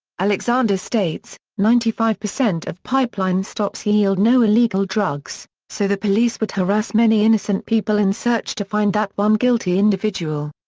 alexander states, ninety five of pipeline stops yield no illegal drugs, so the police would harass many innocent people in search to find that one guilty individual.